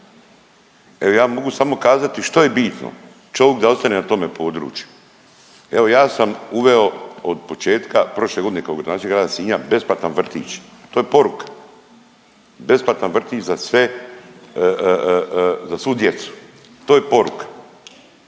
Evo ja mogu samo kazati što je bitno, čovik da ostane na tome području, evo ja sam uveo od početka prošle godine kao gradonačelnik Grada Sinja besplatan vrtić, to je poruka, besplatan vrtić za sve za svu djecu, to je poruka.